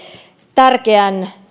tärkeän